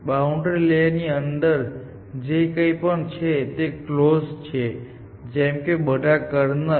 boundary લેયરની અંદર જે કંઈ પણ છે તે કલોઝ છે જેમ કે બધા કર્નલ